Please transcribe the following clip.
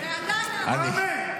מה "אמן"?